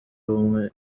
ubuhanga